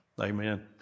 Amen